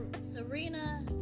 Serena